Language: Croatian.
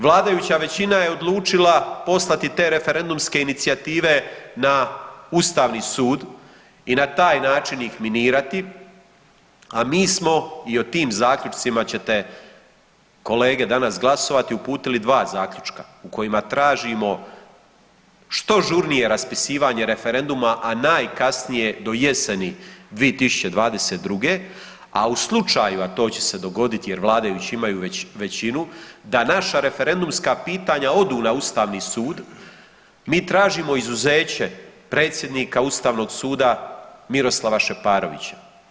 Vladajuća većina je odlučila poslati te referendumske inicijative na Ustavni sud i na taj način ih minirati, a mi smo i o tim zaključcima ćete kolege danas glasovati, uputili 2 zaključka u kojima tražimo što žurnije raspisivanje referenduma, a najkasnije do jeseni 2022., a u slučaju, a to će se dogoditi jer vladajući imaju većinu da naša referendumska pitanja odu na Ustavni sud, mi tražimo izuzeće predsjednika Ustavnog suda Miroslava Šeparovića.